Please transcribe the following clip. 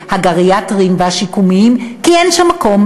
הגריאטריים והשיקומיים כי אין שם מקום,